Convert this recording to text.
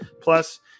Plus